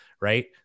right